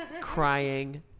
crying